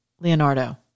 Leonardo